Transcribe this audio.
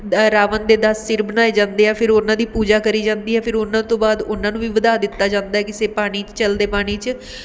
ਰਾਵਣ ਦੇ ਦਸ ਸਿਰ ਬਣਾਏ ਜਾਂਦੇ ਆ ਫਿਰ ਉਹਨਾਂ ਦੀ ਪੂਜਾ ਕਰੀ ਜਾਂਦੀ ਹੈ ਫਿਰ ਉਹਨਾਂ ਤੋਂ ਬਾਅਦ ਉਹਨਾਂ ਨੂੰ ਵੀ ਵਧਾ ਦਿੱਤਾ ਜਾਂਦਾ ਹੈ ਕਿਸੇ ਪਾਣੀ ਕਿਸੇ ਚਲਦੇ ਪਾਣੀ 'ਚ